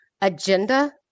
agenda